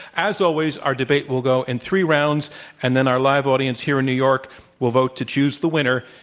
as always, our debate will go in three rounds and then our live audience here in new york will vote to choose the winner.